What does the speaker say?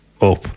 up